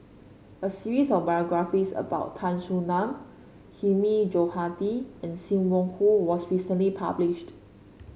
a series of biographies about Tan Soo Nan Hilmi Johandi and Sim Wong Hoo was recently published